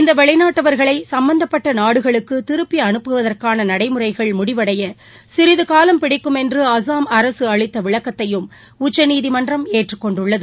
இந்தவெளிநாட்டவர்களைசம்பந்தப்பட்டநாடுகளுக்குதிருப்பிஅனுப்புவதற்கானநடைமுறைகள் முடிவடைவதற்குசிறிதுகாலம் பிடிக்கும் என்று அஸ்ஸாம் அரசுஅளித்தவிளக்கத்தையும் உச்சநீதிமன்றம் ஏற்றுக் கொண்டுள்ளது